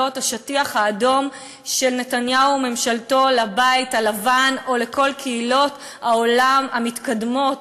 השטיח האדום של נתניהו וממשלתו לבית הלבן או לכל קהילות העולם המתקדמות.